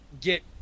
get